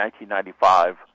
1995